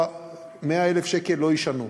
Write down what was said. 100,000 שקל לא ישנו.